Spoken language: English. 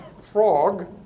frog